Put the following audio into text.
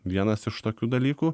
vienas iš tokių dalykų